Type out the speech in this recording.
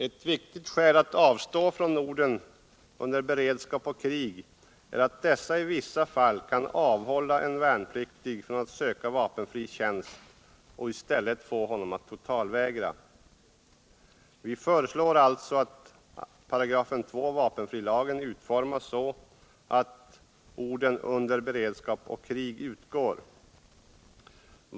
Ett viktigt skäl att avstå från orden ”under beredskap och krig” är att dessa i vissa fall kan avhålla en värnpliktig från att söka vapenfri tjänst och i stället få honom att totalvägra. Vi föreslår alltså att 25 vapenfrilagen utformas så att orden ”under beredskap och krig” utgår.